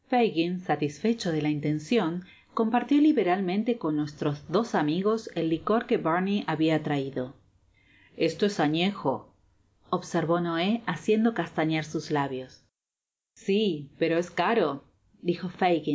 satisfecho de la intencion compartió liberalmente con nuestros dos amigos el licor que barney habia traido esto es añejo observó noé haciendo castañear sus labios si pero es caro dijo